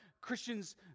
christians